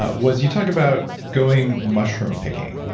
ah was you talked about going mushroom picking.